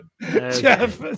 Jeff